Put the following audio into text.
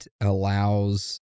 allows